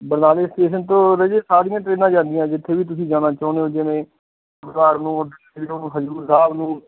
ਬਰਨਾਲੇ ਸਟੇਸ਼ਨ ਤੋਂ ਰਾਜੇ ਸਾਰੀਆਂ ਟ੍ਰੇਨਾਂ ਜਾਂਦੀਆਂ ਜਿੱਥੇ ਵੀ ਤੁਸੀਂ ਜਾਣਾ ਚਾਹੁੰਦੇ ਹੋ ਜਿਵੇਂ ਨੂੰ ਹਜ਼ੂਰ ਸਾਹਿਬ ਨੂੰ